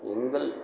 எங்கள்